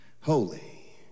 holy